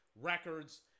records